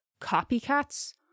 copycats